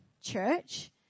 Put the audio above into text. church